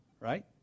right